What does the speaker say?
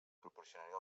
proporcionaria